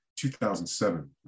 2007